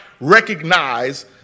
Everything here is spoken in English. recognize